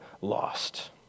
lost